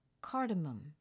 cardamom